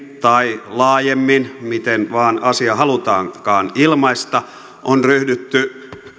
tai laajemmin miten vain asia halutaankaan ilmaista on ryhdytty